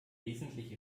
wesentlich